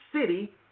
city